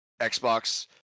Xbox